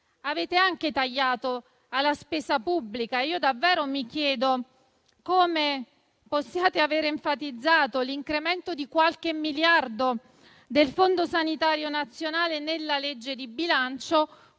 Avete tagliato anche la spesa pubblica: davvero mi chiedo come possiate avere enfatizzato l'incremento di qualche miliardo del Fondo sanitario nazionale nella legge di bilancio,